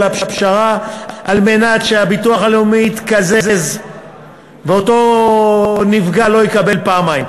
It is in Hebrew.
הפשרה על מנת שהביטוח הלאומי יתקזז ואותו נפגע לא יקבל פעמיים.